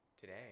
today